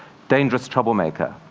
dangerous troublemaker.